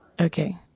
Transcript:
Okay